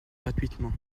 gratuitement